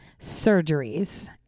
surgeries